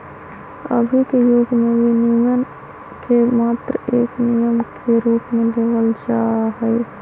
अभी के युग में विनियमन के मात्र एक नियम के रूप में लेवल जाहई